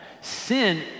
sin